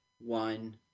one